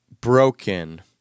broken